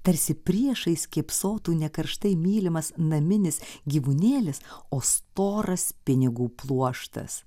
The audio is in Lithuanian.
tarsi priešais kėpsotų ne karštai mylimas naminis gyvūnėlis o storas pinigų pluoštas